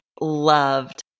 loved